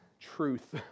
truth